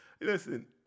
Listen